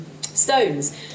stones